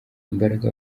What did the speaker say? imbaraga